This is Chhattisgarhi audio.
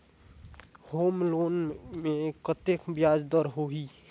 होम लोन मे कतेक ब्याज दर होही?